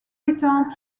returned